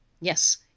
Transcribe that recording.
Yes